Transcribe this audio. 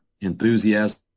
enthusiasm